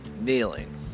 kneeling